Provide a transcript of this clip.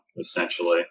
essentially